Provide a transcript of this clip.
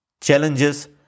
Challenges